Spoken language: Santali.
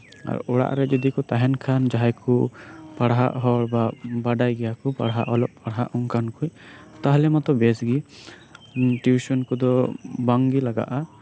ᱟᱨ ᱚᱲᱟᱜ ᱨᱮ ᱡᱚᱫᱤᱠᱚ ᱛᱟᱦᱮᱱᱠᱷᱟᱱ ᱡᱟᱦᱟᱸᱭ ᱠᱚ ᱯᱟᱲᱦᱟᱜ ᱦᱚᱲ ᱵᱟ ᱵᱟᱰᱟᱭ ᱜᱮᱭᱟᱠᱚ ᱯᱟᱲᱦᱟᱜ ᱚᱞᱚᱜ ᱯᱟᱲᱦᱟᱜ ᱚᱱᱠᱟᱱ ᱦᱚᱲ ᱛᱟᱦᱚᱞᱮ ᱢᱟᱛᱚ ᱵᱮᱥᱜᱮ ᱴᱤᱭᱩᱥᱮᱱ ᱠᱚᱫᱚ ᱵᱟᱝᱜᱮ ᱞᱟᱜᱟᱜᱼᱟ